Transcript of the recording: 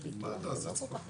זה ביטוח, זה לא כל כך פשוט.